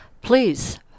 please